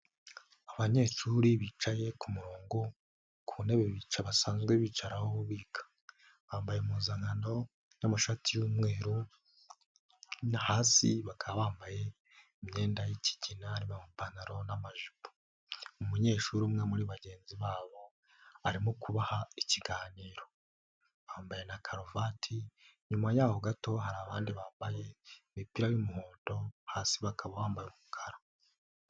Abanyeshuri bicaye ku murongo, ku ntebe basanzwe bicaraho biga. Bambaye impuzankano y'amashati y'umweru, hasi bakaba bambaye imyenda y'ikigina, amapantaro n'amajipo. Umunyeshuri umwe muri bagenzi babo, arimo kubaha ikiganiro. Bambaye na karuvati, nyuma yaho gato, hari abandi bambaye imipira y'umuhondo, hasi bakaba bambaye umukara.